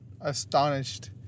astonished